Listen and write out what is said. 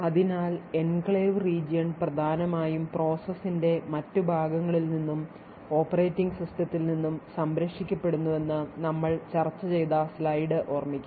അതിനാൽ enclave region പ്രധാനമായും പ്രോസസ്സിന്റെ മറ്റ് ഭാഗങ്ങളിൽ നിന്നും ഓപ്പറേറ്റിംഗ് സിസ്റ്റത്തിൽ നിന്നും സംരക്ഷിക്കപ്പെടുന്നുവെന്ന് നമ്മൾ ചർച്ച ചെയ്ത സ്ലൈഡ് ഓർമ്മിക്കുക